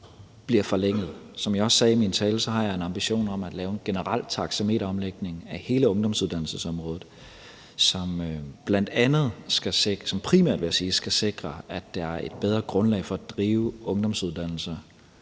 bliver forlænget. Som jeg også sagde i min tale, har jeg en ambition om at lave en generel taxameteromlægning af hele ungdomsuddannelsesområdet, som primært skal sikre, at der er et bedre grundlag for at drive ungdomsuddannelser